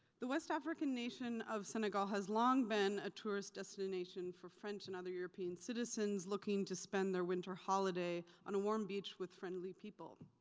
the west african nation of senegal has long been a tourist destination for french and other european citizens looking to spend their winter holiday on a warm beach with friendly people.